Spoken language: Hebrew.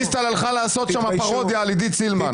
דיסטל הלכה לעשות שם פרודיה על עידית סילמן.